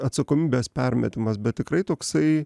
atsakomybės permetimas bet tikrai toksai